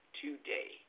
today